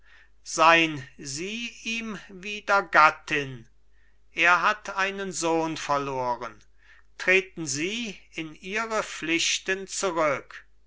sein sie ihm wieder gattin er hat einen sohn verloren treten sie in ihre pflichten zurück